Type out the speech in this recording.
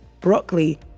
broccoli